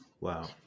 Wow